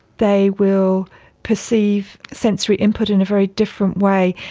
they will perceive sensory input in a very different way.